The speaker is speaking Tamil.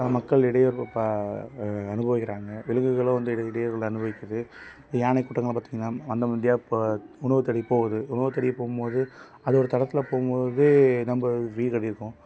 மக்கள் இடையூறு இப்போ அனுபவிக்கிறாங்க விலங்குகளும் வந்து இப்போ இடையூறுகளை அனுபவிக்கிது யானைக் கூட்டங்கள்லாம் பார்த்தீங்கன்னா மந்தை மந்தையாக இப்போ உணவுத் தேடி போவுது உணவத் தேடி போகும்மோது அதோட தடத்தில் போகும்மோது நம்ப வீடு கட்டிருக்கோம்